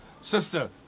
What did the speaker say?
sister